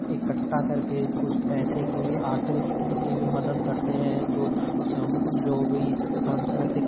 इकठ्ठा करके कुछ पैसे की भी आर्थिक स्थिति की भी मदद करते हैं जो साम जो भी सांस्कृतिक